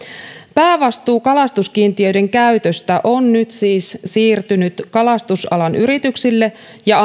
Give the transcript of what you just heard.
päävastuu kalastuskiintiöiden käytöstä on nyt siis siirtynyt kalastusalan yrityksille ja